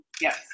yes